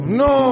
no